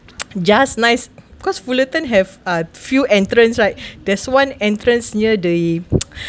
just nice cause Fullerton have uh few entrance right there's one entrance near the